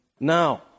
Now